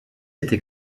été